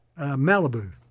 Malibu